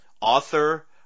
author